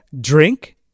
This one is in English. drink